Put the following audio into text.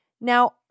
Now